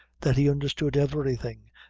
that he understood everything,